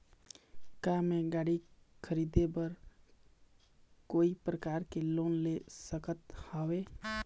का मैं गाड़ी खरीदे बर कोई प्रकार के लोन ले सकत हावे?